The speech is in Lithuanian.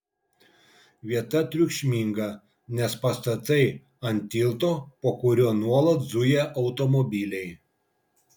vieta triukšminga nes pastatai ant tilto po kuriuo nuolat zuja automobiliai